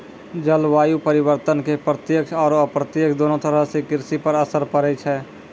जलवायु परिवर्तन के प्रत्यक्ष आरो अप्रत्यक्ष दोनों तरह सॅ कृषि पर असर पड़ै छै